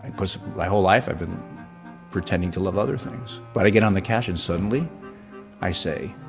because my whole life i've been pretending to love other things, but i get on the couch and suddenly i say,